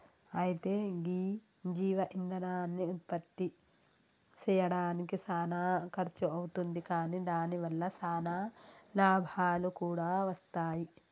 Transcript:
అయితే గీ జీవ ఇందనాన్ని ఉత్పప్తి సెయ్యడానికి సానా ఖర్సు అవుతుంది కాని దాని వల్ల సానా లాభాలు కూడా వస్తాయి